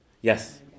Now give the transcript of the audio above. Yes